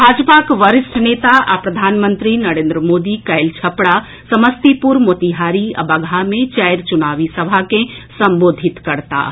भाजपाक वरिष्ठ नेता आ प्रधानमंत्री नरेंद्र मोदी काल्हि छपरा समस्तीपुर मोतिहारी आ बगहा मे चारि चुनावी सभा के संबोधित करताह